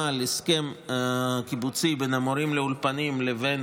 על הסכם קיבוצי בין מורי האולפנים לבין